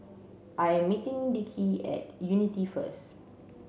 I am meeting Dickie at Unity first